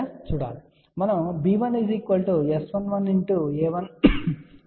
కాబట్టిమనం b1S11a1S12a2 b2S21a1S22a2 గా వ్రాయవచ్చు